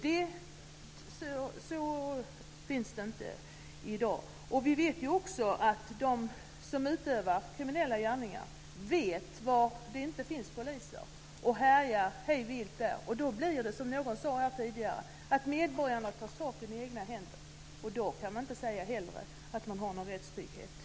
Den finns inte i dag. Vi vet också att de som utför kriminella gärningar vet var det inte finns poliser och härjar hej vilt där. Då blir det så, som någon sade tidigare, att medborgarna tar saken i egna händer. Då kan man inte heller säga att det finns någon rättstrygghet.